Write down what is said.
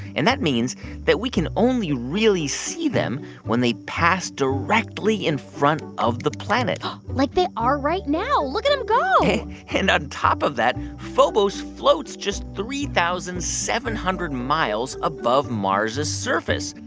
and that means that we can only really see them when they pass directly in front of the planet like they are right now. look at them go and on top of that, phobos floats just three thousand seven hundred miles above mars' surface,